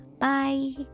Bye